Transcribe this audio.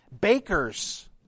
bakers